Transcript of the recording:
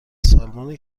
سالمون